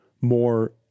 more